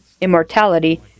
immortality